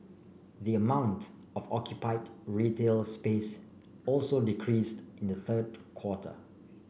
the amount of occupied retail space also decreased in the third quarter